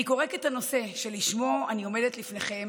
אני קוראת את הנושא שבשמו אני עומדת לפניכם